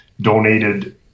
donated